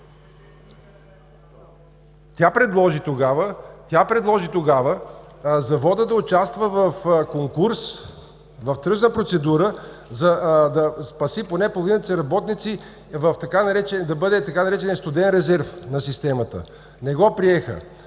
тя предложи заводът да участва в конкурс, в тръжна процедура, за да спаси поне половината си работници, да бъде така нареченият „студен резерв“ на системата. Не го приеха.